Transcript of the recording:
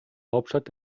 hauptstadt